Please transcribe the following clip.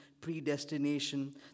predestination